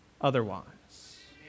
otherwise